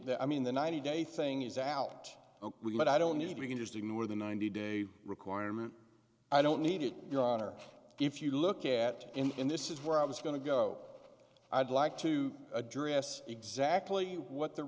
that i mean the ninety day thing is out but i don't need we can just ignore the ninety day requirement i don't need it your honor if you look at in this is where i was going to go i'd like to address exactly what the